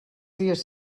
dies